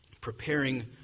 Preparing